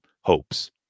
hopes